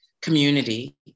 community